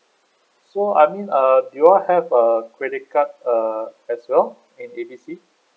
so I mean uh you all have a credit card uh as well in A B C